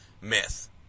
myth